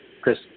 Chris